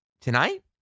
Tonight